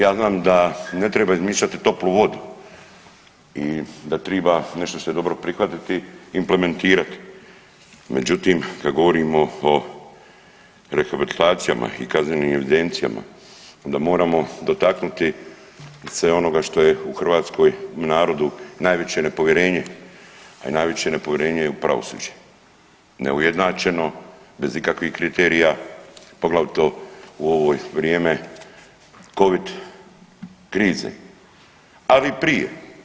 Ja znam da ne treba izmišljati toplu vodu i da triba nešto što je dobro prihvatiti, implementirati, međutim kada govorimo o rehabilitacijama i kaznenim evidencijama onda moramo dotaknuti se onoga što se u Hrvatskoj u narodu najveće nepovjerenje, a i najveće je nepovjerenje u pravosuđe, neujednačeno, bez ikakvih kriterija, poglavito u ovo vrijeme covid krize, ali i prije.